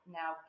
now